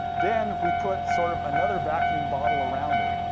then, we put, sort of, another vacuum bottle around it.